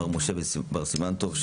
מר משה בר סימן טוב,